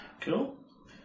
cool